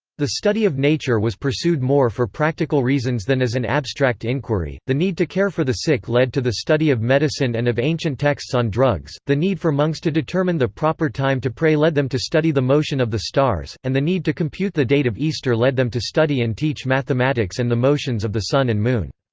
the study of nature was pursued more for practical reasons than as an abstract inquiry the need to care for the sick led to the study of medicine and of ancient texts on drugs the need for monks to determine the proper time to pray led them to study the motion of the stars and the need to compute the date of easter led them to study and teach mathematics and the motions of the sun and moon.